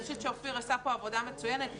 חושבת שאופיר עשה פה עבודה מצוינת.